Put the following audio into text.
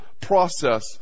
process